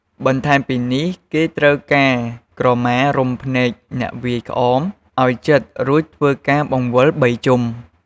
បន្ថែមពីនេះ គេត្រូវការក្រមារុំភ្នែកអ្នកវាយក្អម ឱ្យជិតរួចធ្វើការបង្វិល ៣ ជុំ។